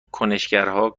کنشگرها